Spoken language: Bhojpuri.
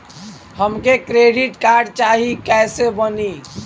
हमके क्रेडिट कार्ड चाही कैसे बनी?